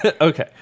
Okay